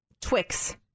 Twix